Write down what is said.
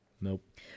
Nope